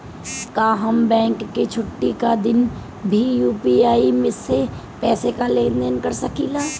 का हम बैंक के छुट्टी का दिन भी यू.पी.आई से पैसे का लेनदेन कर सकीले?